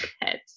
heads